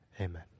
amen